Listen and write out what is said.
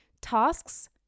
Tasks